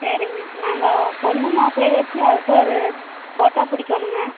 சரிங்க நாங்கள் பொண்ணு மாப்பிள்ளையை வச்சு அவுட்டரு ஃபோட்டோ பிடிக்கோணுங்க